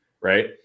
right